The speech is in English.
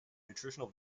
nutritional